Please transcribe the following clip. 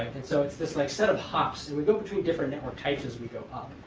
and so it's this like set of hops. and we go between different network types as we go up.